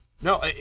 no